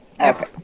Okay